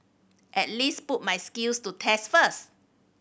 at least put my skills to test first